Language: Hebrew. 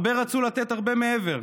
הרבה רצו לתת הרבה מעבר.